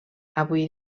avui